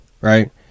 right